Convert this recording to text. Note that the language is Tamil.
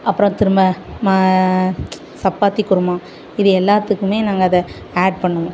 அப்பறம் திரும்ப ம சப்பாத்தி குருமா இது எல்லாத்துக்கும் நாங்கள் அதை ஆட் பண்ணுவோம்